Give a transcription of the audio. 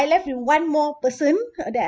I left with one more person that I